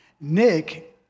Nick